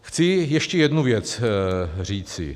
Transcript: Chci ještě jednu věc říci.